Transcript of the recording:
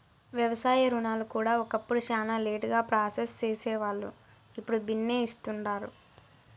వ్యవసాయ రుణాలు కూడా ఒకప్పుడు శానా లేటుగా ప్రాసెస్ సేసేవాల్లు, ఇప్పుడు బిన్నే ఇస్తుండారు